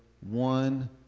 one